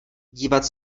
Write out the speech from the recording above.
dívat